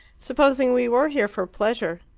supposing we were here for pleasure,